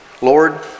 Lord